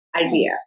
idea